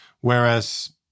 whereas